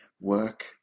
work